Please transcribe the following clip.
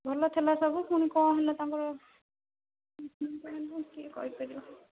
ଭଲଥିଲା ସବୁ ପୁଣି କ'ଣହେଲା ତାଙ୍କର କିଏ କହିପାରିବ